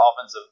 offensive